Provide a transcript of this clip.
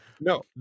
no